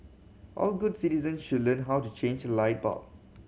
all good citizen should learn how to change light bulb